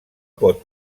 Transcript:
pot